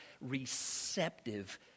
receptive